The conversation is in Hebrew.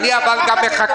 נכון.